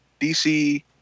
DC